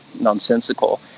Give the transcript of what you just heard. nonsensical